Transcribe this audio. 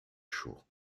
chauds